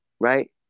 right